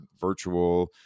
virtual